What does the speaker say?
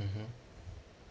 mmhmm